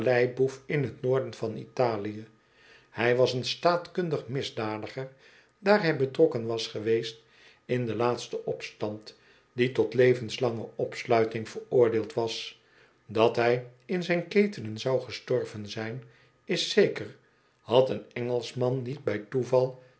galeiboef in t noorden van italië bij was een staatkundig misdadiger daar hij betrokken was geweest in den laatsten opstand die tot levenslange opsluiting veroordeeld was dat hij in zijn ketenen zou gestorven zjn is zeker had een engelschman niet bij toeval